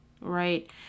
right